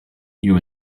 you